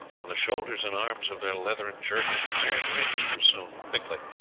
on the shoulders and arms of their leathern jerkins iron rings were sewn thickly,